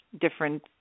different